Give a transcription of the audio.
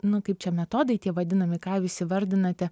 nu kaip čia metodai tie vadinami ką jūs įvardinate